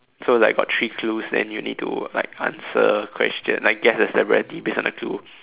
so like got three clues then you need to like answer question like guess the celebrity based on the clue